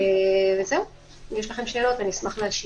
אם יש לכם שאלות, אני אשמח להשיב.